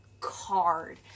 card